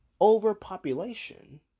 Overpopulation